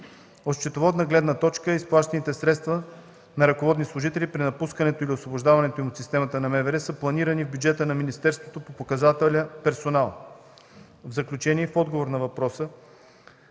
От счетоводна гледна точка изплащаните средства на ръководни служители при напускането или освобождаването им от системата на МВР са планирани в бюджета на министерството по показателя „Персонал”. В заключение и в отговор на въпроса,